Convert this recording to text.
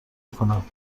میکنم